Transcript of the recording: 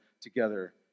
together